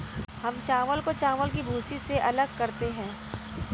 हम चावल को चावल की भूसी से अलग करते हैं